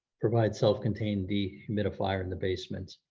provide self contained the humidifier in the basement.